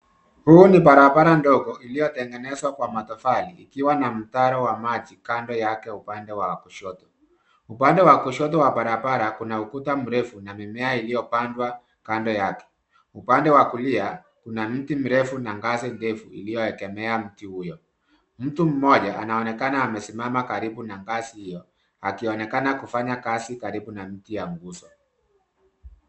Huu ni barabara ndogo uliotengenezwa kwa matofali ikiwa na mtaro wa maji kando yake upande wa kushoto. Upande wa kushoto wa barabara kuna ukuta mrefu na mimea iliyopandwa kando yake. Upande wa kulia kuna miti mirefu na ngazi ndefu iliyoegemea mti huo. Mtu mmoja anaonekana amesimama karibu na ngazi hiyo akionekana kufanya kazi karibu na mti ya nguzo.